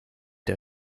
der